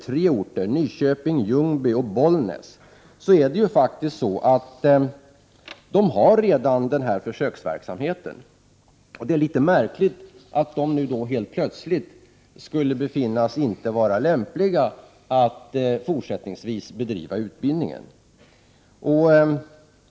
Tre orter — Nyköping, Ljungby och Bollnäs — har redan denna försöksverksamhet. Det är litet märkligt att dessa orter nu helt plötsligt skulle befinnas inte vara lämpliga för att där 17 fortsättningsvis bedriva den här utbildningen.